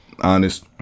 Honest